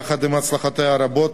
יחד עם הצלחותיה הרבות